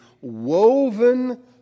woven